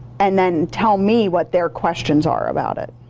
and then tell me what their questions are about it.